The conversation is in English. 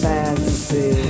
fantasy